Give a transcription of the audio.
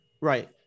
Right